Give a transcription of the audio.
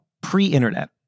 pre-internet